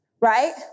right